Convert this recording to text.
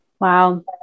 Wow